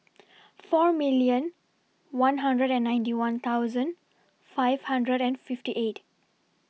four million one hundred and ninety one thousand five hundred and fifty eight